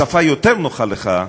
בשפה יותר נוחה לך,